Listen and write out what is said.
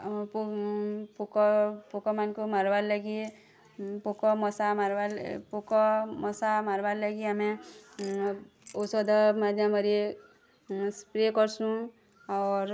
ଆମେ ପୋକ ପୋକମାନଙ୍କୁ ମାର୍ବାର୍ ଲାଗି ପୋକ ମଶା ମାର୍ବାର୍ ପୋକ ମଶା ମାର୍ବାର୍ ଲାଗି ଆମେ ଔଷଧ ମାଧ୍ୟମରେ ସ୍ପ୍ରେ କରୁସୁଁ ଅର୍